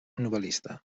novel·lista